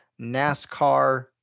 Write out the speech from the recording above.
NASCAR